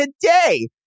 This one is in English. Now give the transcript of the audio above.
today